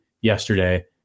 yesterday